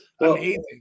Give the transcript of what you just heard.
Amazing